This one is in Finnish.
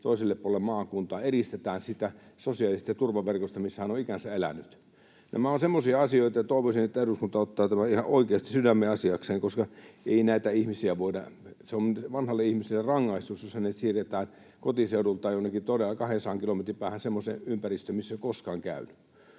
toiselle puolelle maakuntaa — eristetään siitä sosiaalisesta turvaverkostosta, missä hän on ikänsä elänyt. Nämä ovat semmoisia asioita, että toivoisin, että eduskunta ottaa tämän ihan oikeasti sydämenasiakseen, koska ei näitä ihmisiä voida siirrellä. Se on vanhalle ihmiselle rangaistus, jos hänet siirretään kotiseudultaan jonnekin 200 kilometrin päähän semmoiseen ympäristöön, missä hän ei ole koskaan käynyt.